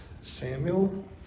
Samuel